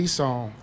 song